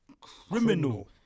criminal